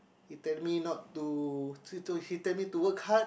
he tell me not to to to he tell me to work hard